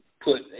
put